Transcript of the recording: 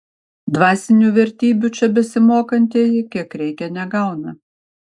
dvasinių vertybių čia besimokantieji kiek reikia negauna